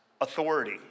authority